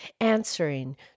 answering